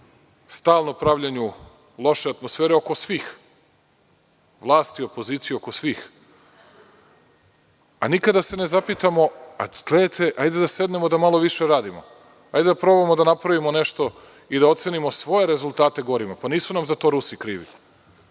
stalno pravljenju loše atmosfere oko svih vlasti i opozicije, oko svih, a nikada se ne zapitamo, hajde da sednemo malo više da radimo. Hajde da probamo da napravimo nešto i da ocenimo svoje rezultate gorima. Pa nisu nam za to Rusi krivi.